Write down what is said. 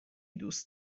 دوست